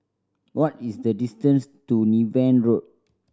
what is the distance to Niven Road